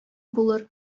булыр